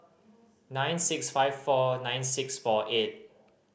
nine six five four nine six four eight